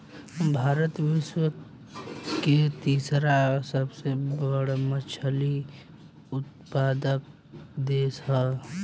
भारत विश्व के तीसरा सबसे बड़ मछली उत्पादक देश ह